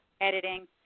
editing